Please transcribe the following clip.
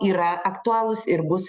yra aktualūs ir bus